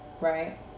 right